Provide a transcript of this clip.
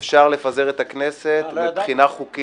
-- אבל ככל שאנחנו חזקים יותר המדינה מצליחה יותר.